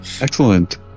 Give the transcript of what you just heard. Excellent